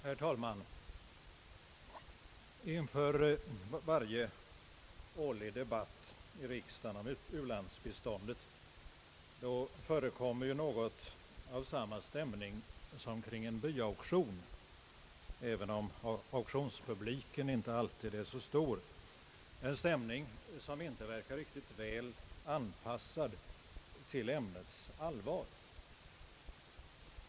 Herr talman! Inför varje års debatt i riksdagen om u-landsbiståndet förekommer något av samma stämning som kring en byauktion, även om auktionspubliken inte alltid är särskilt stor — en stämning som inte verkar riktigt väl anpassad till ämnets allvar.